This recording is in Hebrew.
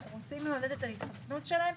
אנחנו רוצים לעודד את ההתחסנות שלהם,